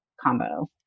combo